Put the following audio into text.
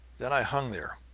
then i hung there,